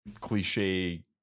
cliche